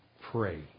pray